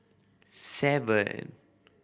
seven